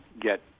get